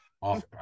off